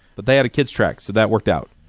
but they had a kids track. so that worked out.